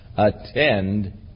attend